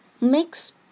mix